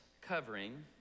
covering